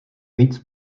víc